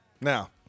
Now